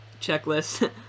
checklist